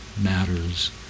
matters